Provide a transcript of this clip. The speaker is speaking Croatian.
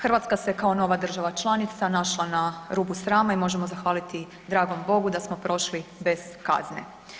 Hrvatska se kao nova država članica našla na rubu srama i možemo zahvaliti dragom Bogu da smo prošli bez kazne.